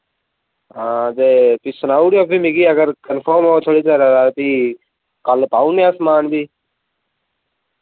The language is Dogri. हां ते फ्ही सनाउड़ेओ फ्ही मिगी अगर कन्फर्म होग थोआढ़ी तरफ दा फ्ही कल पाऊनेआं समान फ्ही